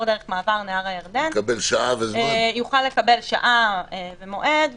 דרך מעבר נהר הירדן יוכל לקבל שעה ומועד.